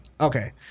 Okay